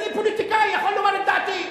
אני, פוליטיקאי, יכול לומר את דעתי.